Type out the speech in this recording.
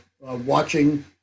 watching